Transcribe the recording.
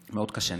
מאוד קשה.